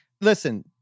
listen